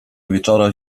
wieczora